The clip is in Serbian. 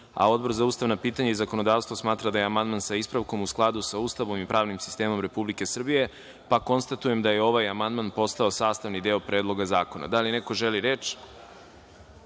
za Ustavna pitanja i zakonodavstvo smatra da je amandman sa ispravkom u skladu sa Ustavom i pravnim sistemom Republike Srbije. Konstatujem da je ovaj amandman postao sastavni deo Predloga zakona. Da li neko želi reč? Reč